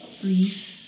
brief